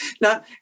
now